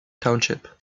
township